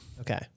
Okay